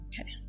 Okay